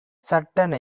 சட்டென